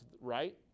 right